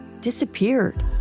disappeared